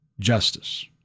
Justice